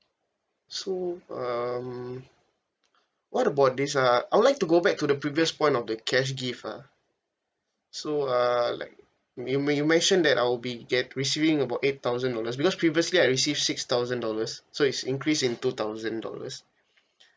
so um what about this uh I would like to go back to the previous [one] of the cash gift ah so uh like you me~ you mention that I'll be get receiving about eight thousand dollars because previously I receive six thousand dollars so is increase in two thousand dollars